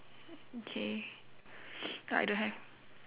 okay I don't have